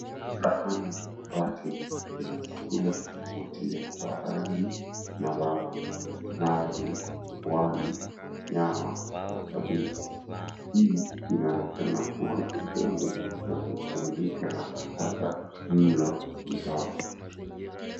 Sahani ya mabati ina chakula cha kuvutia kwa rangi na ladha nayo ni wali, nyama na kabeji. Hii inaonekana kua ni sehemu ya kupumzika na kupata mlo mtamu.